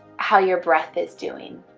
how your breath is doing?